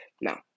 now